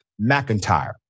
McIntyre